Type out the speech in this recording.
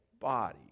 body